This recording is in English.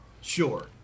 Sure